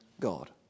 god